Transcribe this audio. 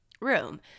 room